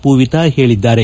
ಪೂವಿತ ಹೇಳಿದ್ದಾರೆ